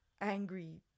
angry